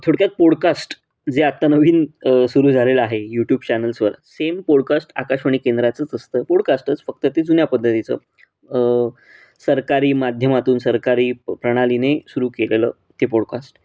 थोडक्यात पोडकास्ट जे आत्ता नवीन सुरू झालेलं आहे यूट्यूब चॅनल्सवर सेम पोडकास्ट आकाशवाणी केंद्राचंच असतं पोडकास्टच फक्त ते जुन्या पद्धतीचं सरकारी माध्यमातून सरकारी प्रणालीने सुरू केलेलं ते पोडकास्ट